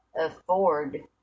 afford